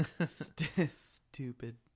Stupid